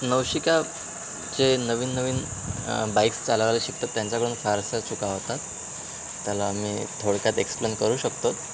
नवशिका जे नवीन नवीन बाईक्स चालावायला शिकतात त्यांच्याकडून फारशा चुका होतात त्याला मी थोडक्यात एक्सप्लेन करू शकतो